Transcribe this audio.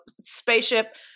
spaceship